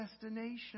destination